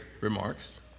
remarks